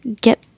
get